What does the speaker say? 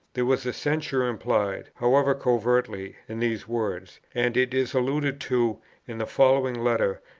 there was a censure implied, however covertly, in these words and it is alluded to in the following letter,